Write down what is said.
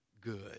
good